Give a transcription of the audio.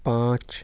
پانچ